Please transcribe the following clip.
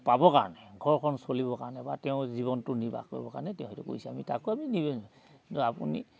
পাবৰ কাৰণে ঘৰখন চলিব কাৰণে বা তেওঁ জীৱনটো নিৰ্বাহ কৰিবৰ কাৰণে তেওঁ সেইটো কৰিছে আমি তাকো আমি নিবনো কিন্তু আপুনি